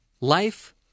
Life